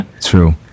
true